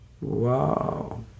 wow